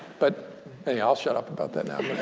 but hey, i'll shut up about that now.